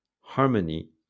harmony